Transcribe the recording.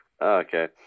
Okay